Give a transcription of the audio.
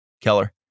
Keller